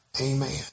Amen